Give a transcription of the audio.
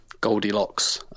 Goldilocks